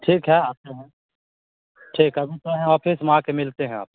ठीक है आते हैं ठीक है अभी तो यहाँ ऑफिस में आकर मिलते हैं आपसे